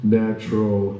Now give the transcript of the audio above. natural